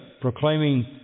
proclaiming